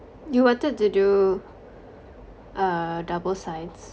you wanted to do uh double science